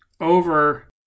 over